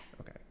Okay